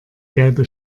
gelbe